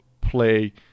play